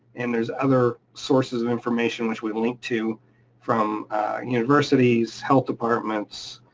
and there's other sources of information which we link to from universities, health departments,